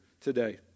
today